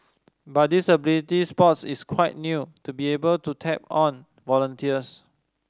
but disability sports is quite new to be able to tap on volunteers